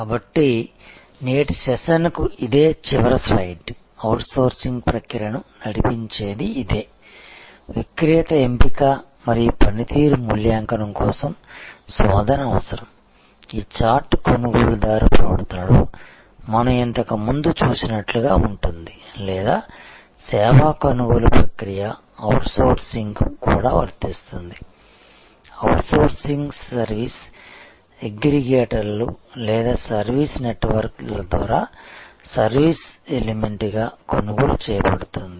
కాబట్టి నేటి సెషన్కు ఇదే చివరి స్లయిడ్ అవుట్సోర్సింగ్ ప్రక్రియను నడిపించేది ఇదే విక్రేత ఎంపిక మరియు పనితీరు మూల్యాంకనం కోసం శోధన అవసరం ఈ చార్ట్ కొనుగోలుదారు ప్రవర్తనలో మనం ఇంతకు ముందు చూసినట్లుగా ఉంటుంది లేదా సేవా కొనుగోలు ప్రక్రియ అవుట్సోర్సింగ్ కి కూడా వర్తిస్తుంది అవుట్సోర్సింగ్ సర్వీస్ అగ్రిగేటర్లు లేదా సర్వీస్ నెట్వర్కర్ల ద్వారా సర్వీస్ ఎలిమెంట్గా కొనుగోలు చేయబడుతుంది